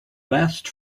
best